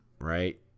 right